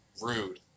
Rude